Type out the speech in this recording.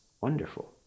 wonderful